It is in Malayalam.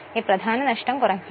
ഈ പ്രധാന നഷ്ടം കുറയ്ക്കണം